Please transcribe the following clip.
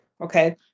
Okay